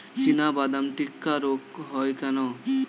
চিনাবাদাম টিক্কা রোগ হয় কেন?